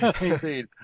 Indeed